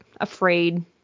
afraid